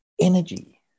energy